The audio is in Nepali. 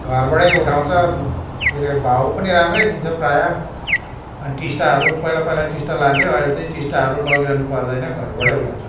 घरबाटै उठाउँछ के रे भाव पनि राम्रै दिन्छ प्रायः अनि टिस्टाहरू पहिला पहिला टिस्टा लान्थ्यो अहिले चाहिँ टिस्टाहरू लगिरहनु पर्दैन घरबाटै उठाउँछ